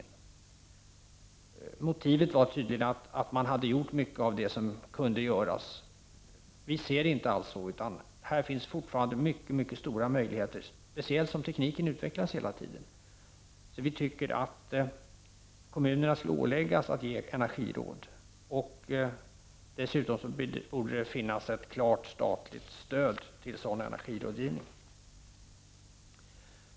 Motivet för förändringen var tydligen att man ansåg att man hade gjort mycket av det som kunde göras. Vi ser det inte så. Här finns fortfarande mycket stora möjligheter, speciellt som tekniken utvecklas hela tiden. Vi tycker att kommunerna borde åläggas att ge energiråd. Dessutom borde det finnas ett klart stöd från staten till sådan energirådgivning.